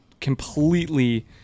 completely